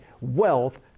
wealth